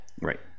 Right